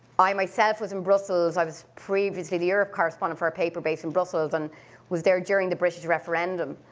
i myself was in brussels, i was previously the europe correspondent for a paper based in brussels, and was there during the british referendum.